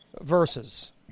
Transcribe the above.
verses